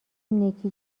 نیکی